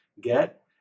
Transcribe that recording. get